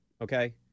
okay